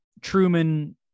Truman